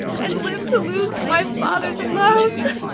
and lived to lose my father's love!